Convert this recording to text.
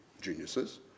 geniuses